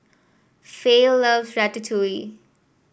Fay love Ratatouille